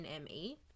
NME